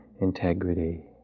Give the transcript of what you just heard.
integrity